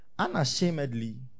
Unashamedly